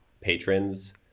patrons